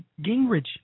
Gingrich